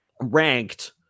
ranked